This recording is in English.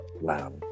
Wow